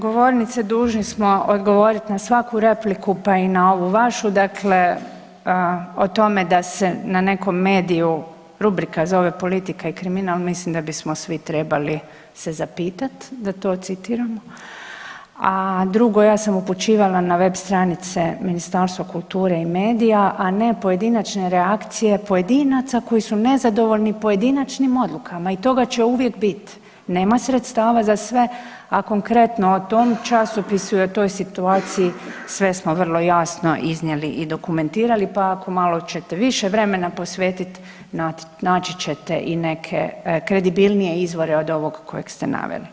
S ove govornice dužni smo odgovorit na svaku repliku, pa i na ovu vašu, dakle o tome da se na nekom mediju rubrika zove „Politika i kriminal“ mislim da bismo svi trebali se zapitat da to citiramo, a drugo ja sam upućivala na web stranice Ministarstva kulture i medija, a ne pojedinačne reakcije pojedinaca koji su nezadovoljni pojedinačnim odlukama i toga će uvijek bit, nema sredstava za sve, a konkretno o tom časopisu i o toj situaciji sve smo vrlo jasno iznijeli i dokumentirali, pa ako malo ćete više vremena posvetit naći ćete i neke kredibilnije izvore od ovog kojeg ste naveli.